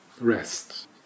rest